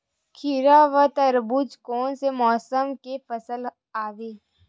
खीरा व तरबुज कोन से मौसम के फसल आवेय?